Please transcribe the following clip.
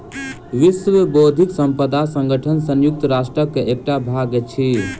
विश्व बौद्धिक संपदा संगठन संयुक्त राष्ट्रक एकटा भाग अछि